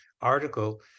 article